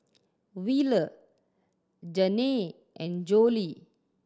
Wheeler Janey and Jolie